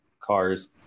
cars